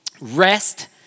Rest